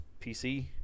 PC